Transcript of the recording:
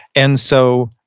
and so